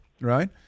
right